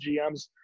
GMs